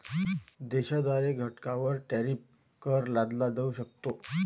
देशाद्वारे घटकांवर टॅरिफ कर लादला जाऊ शकतो